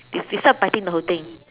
you you start biting the whole thing